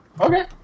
Okay